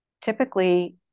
typically